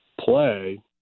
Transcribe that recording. play